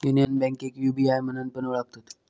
union बैंकेक UBI म्हणान पण ओळखतत